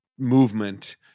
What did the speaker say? Movement